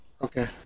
Okay